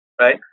right